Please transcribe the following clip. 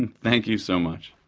and thank you so much.